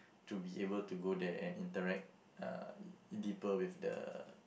to be able to go there and interact uh deeper with the